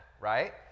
right